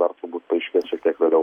dar turbūt paaiškės šiek tiek labiau